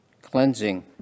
cleansing